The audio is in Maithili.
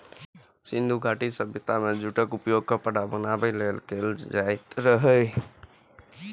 सिंधु घाटी सभ्यता मे जूटक उपयोग कपड़ा बनाबै लेल कैल जाइत रहै